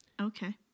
Okay